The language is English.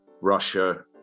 Russia